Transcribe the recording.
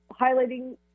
highlighting